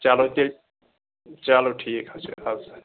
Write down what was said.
چلو تیٚلہِ چلو ٹھیٖک حظ چھُ اَدٕ